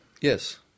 Yes